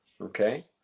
Okay